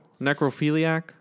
necrophiliac